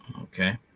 Okay